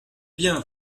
bien